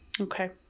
Okay